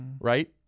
right